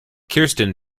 kirsten